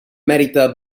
merita